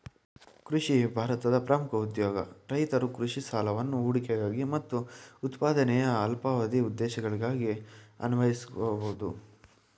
ಕೃಷಿ ಭಾರತದ ಪ್ರಮುಖ ಉದ್ಯೋಗ ರೈತರು ಕೃಷಿ ಸಾಲವನ್ನು ಹೂಡಿಕೆಗಾಗಿ ಮತ್ತು ಉತ್ಪಾದನೆಯ ಅಲ್ಪಾವಧಿ ಉದ್ದೇಶಗಳಿಗಾಗಿ ಅನ್ವಯಿಸ್ಬೋದು